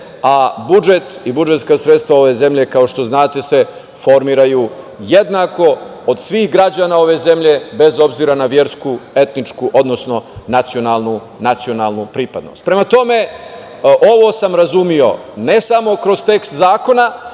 a budžet i budžetska sredstva ove zemlje kao što znate se formiraju jednako od svih građana ove zemlje bez obzira na versku, etničku, odnosno nacionalnu pripadnost. Prema tome, ovo sam razumeo, ne samo kroz tekst zakona,